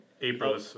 April